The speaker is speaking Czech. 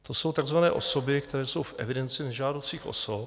To jsou takzvané osoby, které jsou v evidenci nežádoucích osob.